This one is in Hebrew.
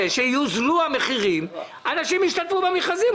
שיוזלו המחירים אנשים ישתתפו במכרזים.